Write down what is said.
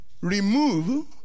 remove